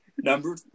Number